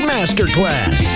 Masterclass